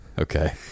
Okay